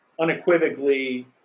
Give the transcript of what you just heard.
unequivocally –